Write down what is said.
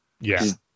Yes